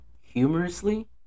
humorously